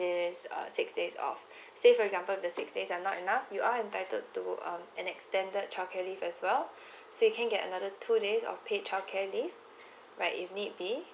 is six days off say for example the six days I'm not enough you are entitled to um an extended childcare leave as well so you can get another two days of paid childcare leave right if need be